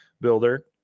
builder